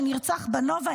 שנרצח בנובה.